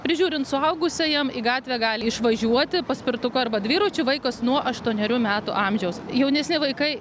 prižiūrint suaugusiajam į gatvę gali išvažiuoti paspirtuku arba dviračiu vaikas nuo aštuonerių metų amžiaus jaunesni vaikai